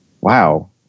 wow